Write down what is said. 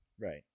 right